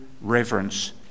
reverence